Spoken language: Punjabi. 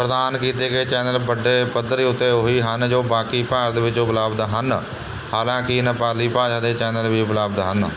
ਪ੍ਰਦਾਨ ਕੀਤੇ ਗਏ ਚੈਨਲ ਵੱਡੇ ਪੱਧਰ ਉੱਤੇ ਉਹ ਹੀ ਹਨ ਜੋ ਬਾਕੀ ਭਾਰਤ ਵਿੱਚ ਉਪਲਬਧ ਹਨ ਹਾਲਾਂਕਿ ਨੇਪਾਲੀ ਭਾਸ਼ਾ ਦੇ ਚੈਨਲ ਵੀ ਉਪਲਬਧ ਹਨ